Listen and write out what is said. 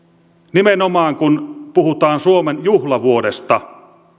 nimenomaan kun puhutaan suomen juhlavuodesta